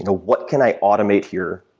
what can i automate here,